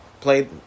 played